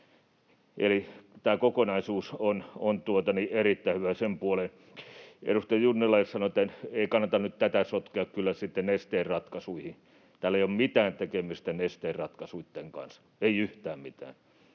Eli tämä kokonaisuus on erittäin hyvä sen puoleen. Edustaja Junnilalle sanon, että ei kannata nyt tätä sotkea kyllä sitten Nesteen ratkaisuihin. Tällä ei ole mitään tekemistä Nesteen ratkaisuitten kanssa, ei yhtään mitään.